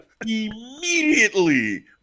Immediately